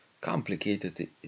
complicated